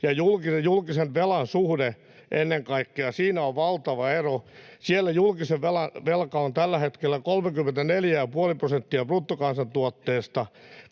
ja julkisen velan suhteessa ennen kaikkea valtava ero, niin siellä julkinen velka on tällä hetkellä 34,5 prosenttia bruttokansantuotteesta,